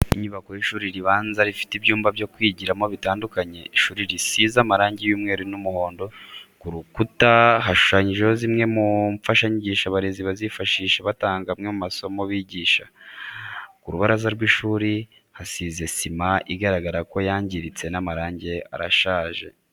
Inyubako y'ishuri ribanza rifite ibyumba byo kwigiramo bitandukanye, ishuri risize amarangi y'umweru n'umuhondo, ku rukura hashushanyijeho zimwe mu mfashanyigisho abarezi bifashisha batanga amwe mu masomo bigisha. Ku rubaraza rw'ishuri hasize sima igaragara ko yangiritse n'amarangi arashaje.